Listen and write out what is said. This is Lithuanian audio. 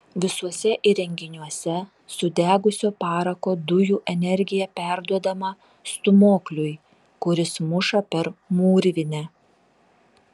visuose įrenginiuose sudegusio parako dujų energija perduodama stūmokliui kuris muša per mūrvinę